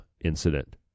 incident